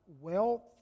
wealth